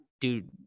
dude